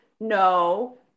No